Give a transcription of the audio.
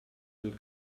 del